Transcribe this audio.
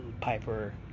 Piper